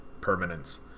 permanence